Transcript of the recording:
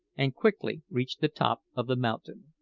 and quickly reached the top of the mountain.